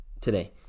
today